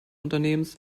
unternehmens